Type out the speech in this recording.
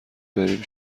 بریم